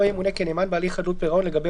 לא ימונה כנאמן בהליך חדלות פירעון לגבי